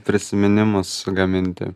prisiminimus gaminti